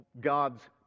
God's